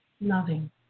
loving